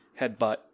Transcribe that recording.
headbutt